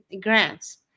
grants